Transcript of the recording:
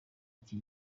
iki